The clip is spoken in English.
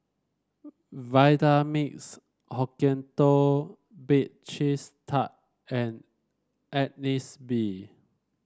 Vitamix Hokkaido Bake Cheese Tart and Agnes B